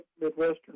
Midwestern